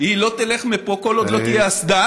היא לא תלך מפה כל עוד לא תהיה אסדה,